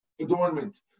adornment